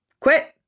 quit